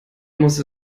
muss